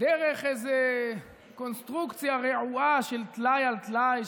דרך איזו קונסטרוקציה רעועה של טלאי על טלאי,